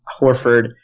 Horford